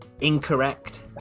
Incorrect